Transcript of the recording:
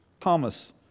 Thomas